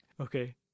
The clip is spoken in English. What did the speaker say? Okay